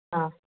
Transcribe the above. ꯑꯥ